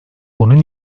onun